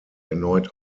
erneut